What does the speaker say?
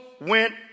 went